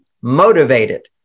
motivated